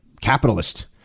capitalist